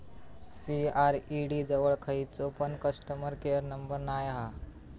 CRED जवळ खयचो पण कस्टमर केयर नंबर नाय हा